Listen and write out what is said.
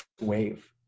wave